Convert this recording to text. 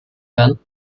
werden